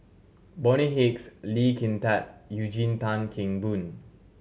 Bonny Hicks Lee Kin Tat Eugene Tan Kheng Boon